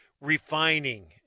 refining